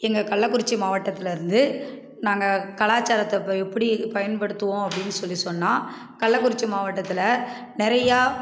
எங்கள் கள்ளக்குறிச்சி மாவட்டத்தில் இருந்து நாங்கள் கலாச்சாரத்தை இப்போ எப்படி பயன்படுத்துவோம் அப்படினு சொல்லி சொன்னால் கள்ளக்குறிச்சி மாவட்டத்தில் நிறையா